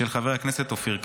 של חבר הכנסת אופיר כץ.